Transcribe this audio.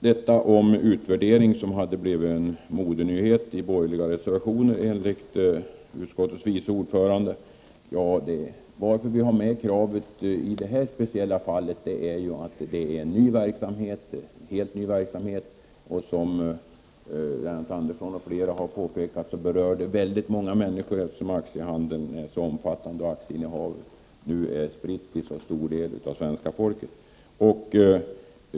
Frågan om utvärdering har blivit en modenyhet i borgerliga motioner, enligt utskottets vice ordförande. Anledningen till att vi har med kravet i detta speciella fall är att det är en helt ny verksamhet. Som Lennart Andersson och flera har påpekat, berör verksamheten många människor, eftersom aktiehandeln är så omfattande och aktieinnehavet nu är spritt till en stor del av svenska folket.